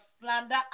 slander